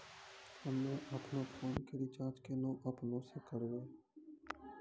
हम्मे आपनौ फोन के रीचार्ज केना आपनौ से करवै?